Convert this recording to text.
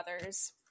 others